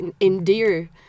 endear